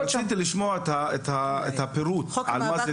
רציתי לשמוע את הפירוט על מה זה טרור.